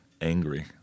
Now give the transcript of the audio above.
angry